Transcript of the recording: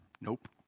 Nope